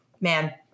man